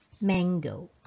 mango